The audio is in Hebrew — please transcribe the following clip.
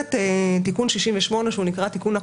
במסגרת תיקון 68, שנקרא תיקון הקורונה,